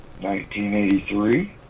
1983